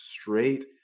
straight